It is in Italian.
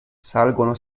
salgono